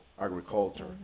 agriculture